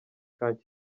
camp